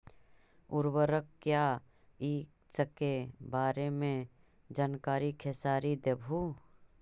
उर्वरक क्या इ सके बारे मे जानकारी खेसारी देबहू?